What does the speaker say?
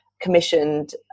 commissioned